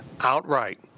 outright